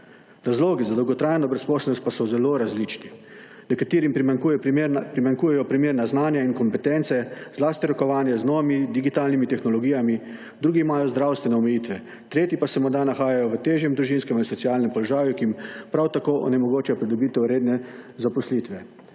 Razlogi za dolgotrajno brezposelnost pa so zelo različni. Nekaterim primanjkujejo primerna znanja in kompetence, zlasti rokovanje z novimi digitalnimi tehnologijami, drugi imajo zdravstvene omejitve, tretji pa se morda nahajajo v težjem družinskem in socialnem položaju, ki prav tako onemogoča pridobitev redne zaposlitve.